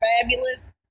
fabulous